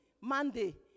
Monday